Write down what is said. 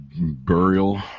burial